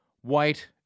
white